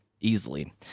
easily